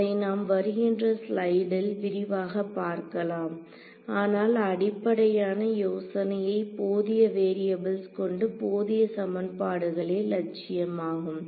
அதை நாம் வருகின்ற ஸ்லைடில் விரிவாக பார்க்கலாம் ஆனால் அடிப்படையான யோசனையை போதிய வேரியபுள்ஸ் கொண்டு போதிய சமன்பாடுகளே இலட்சியமாகும்